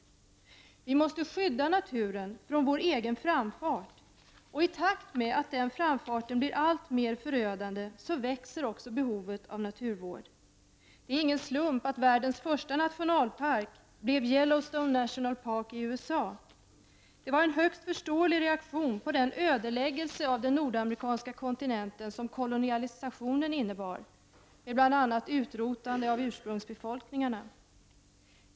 Vi måste skydda naturen från vår egen framfart. I takt med att denna framfart blir alltmer förödande växer behovet av naturvård. Det är inte en slump att världens första nationalpark blev Yellowstone National Park i USA. Det var en högst förståelig reaktion på den ödeläggelse av den nordamerikanska kontinenten som kolonisationen innebar, med bl.a. utrotandet av ursprungsbefolkningarna.